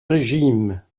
régime